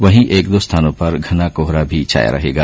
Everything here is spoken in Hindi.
वहीं एक दो स्थानों पर घना कोहरा भी छाया रहेगा